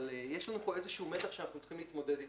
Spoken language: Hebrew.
אבל יש מתח שצריך להתמודד אתו.